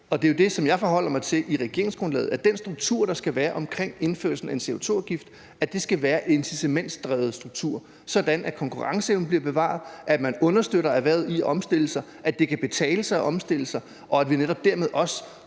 og det er det, som jeg forholder mig til, i regeringsgrundlaget, at den struktur, der skal være omkring indførelsen af en CO2-afgift, skal være en incitamentsdrevet struktur, sådan at konkurrenceevnen bliver bevaret, at man understøtter erhvervet i at omstille sig, at det kan betale sig at omstille sig, og at vi netop dermed også